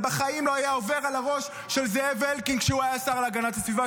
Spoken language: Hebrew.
זה בחיים לא היה עובר על הראש של זאב אלקין כשהוא היה השר להגנת הסביבה.